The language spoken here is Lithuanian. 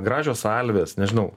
gražios salvės nežinau